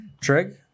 Trig